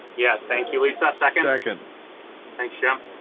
yes, thank you, lisa. second. second. thanks yeah